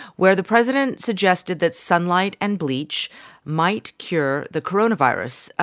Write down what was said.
where the president suggested that sunlight and bleach might cure the coronavirus.